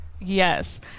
Yes